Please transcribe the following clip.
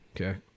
Okay